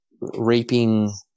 raping